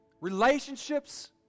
relationships